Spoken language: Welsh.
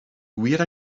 wir